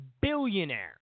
billionaire